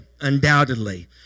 undoubtedly